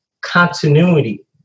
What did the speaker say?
continuity